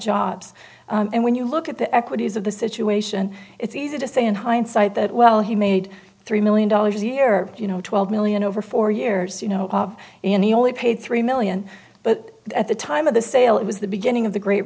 jobs and when you look at the equities of the situation it's easy to say in hindsight that well he made three million dollars a year you know twelve million over four years you know and he only paid three million but at the time of the sale it was the beginning of the great